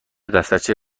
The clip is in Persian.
دفترچه